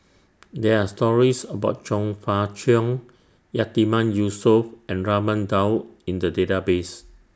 There Are stories about Chong Fah Cheong Yatiman Yusof and Raman Daud in The Database